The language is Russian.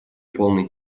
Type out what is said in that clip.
полный